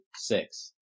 six